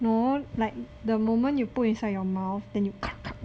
no like the moment you put inside your mouth then you